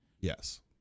Yes